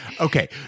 Okay